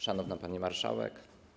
Szanowna Pani Marszałek!